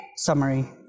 summary